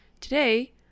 Today